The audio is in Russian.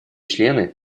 члены